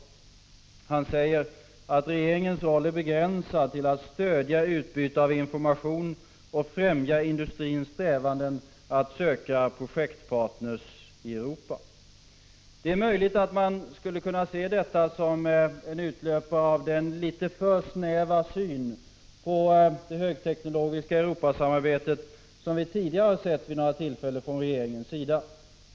Ingvar Carlsson sade: ”Regeringens roll är begränsad till att stödja utbyte av information och främja industrins strävanden att söka projektpartner i Europa.” Det är möjligt att man skall betrakta detta som en utlöpare av den litet för snäva syn på det högteknologiska Europasamarbetet som vi tidigare vid några tillfällen har kunnat notera från regeringens sida.